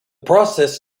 process